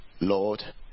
Lord